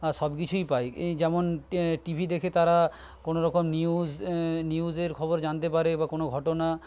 সবকিছুই পায় এই যেমন টিভি দেখে তারা কোনোরকম নিউজ নিউজের খবর জানতে পারে বা কোনো ঘটনা